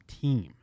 team